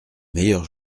meilleur